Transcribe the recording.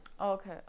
Okay